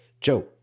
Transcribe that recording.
Joe